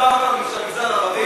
תטפלו בבעיות, פעם אחת, של המגזר הערבי.